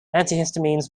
antihistamines